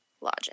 logic